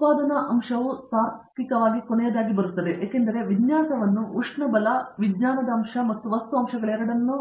ಉತ್ಪಾದನಾ ಅಂಶವು ತಾರ್ಕಿಕವಾಗಿ ಕೊನೆಯದಾಗಿ ಬರುತ್ತದೆ ಏಕೆಂದರೆ ವಿನ್ಯಾಸವನ್ನು ಉಷ್ಣಬಲ ವಿಜ್ಞಾನದ ಅಂಶ ಮತ್ತು ವಸ್ತು ಅಂಶಗಳೆರಡನ್ನೂ